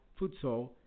futsal